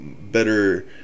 better